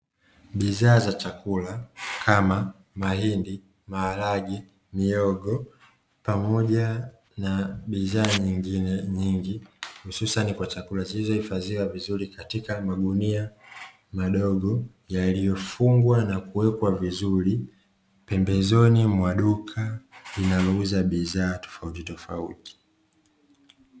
Bidhaa za chakula kama mahindi, maharage, mihogo, pamoja na bidhaa nyingine nyingi hususani kwa chakula; zilizohifadhiwa vizuri katika magunia madogo yaliyofungwa na kuwekwa vizuri pembezoni mwa duka linalouza bidhaa tofautitofauti.